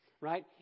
right